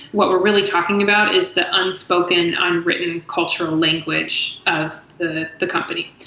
what we're really talking about is the unspoken, unwritten cultural language of the the company,